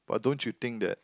but don't you think that